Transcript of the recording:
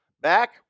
Back